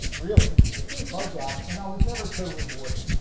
really hard job, and i was never so rewarding.